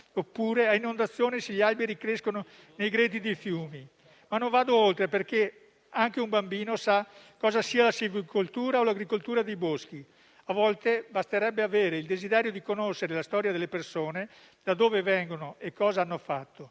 oppure inondazioni se gli alberi crescono nei greti dei fiumi. Non vado oltre perché anche un bambino sa cosa sia la silvicoltura o l'agricoltura dei boschi. A volte basterebbe avere il desiderio di conoscere la storia delle persone, da dove vengono e cosa hanno fatto.